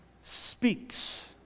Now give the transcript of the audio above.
speaks